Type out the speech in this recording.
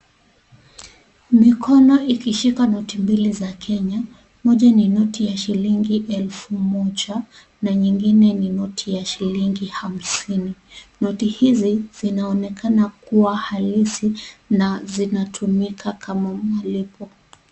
Mikono ikishika noti mbili za Kenya. Moja ni noti ya shilingi elfu moja na nyingine ni noti ya shilingi hamsini. Noti hizi zinaonekana kuwa halisi na zinatumika kama malipo.